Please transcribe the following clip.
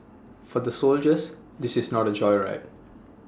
for the soldiers this is not A joyride